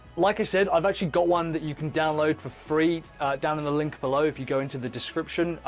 like i said, i've actually got one that you can download for free down in the link below. if you go into the description.